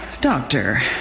Doctor